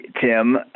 Tim